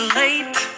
late